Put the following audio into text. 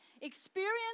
Experience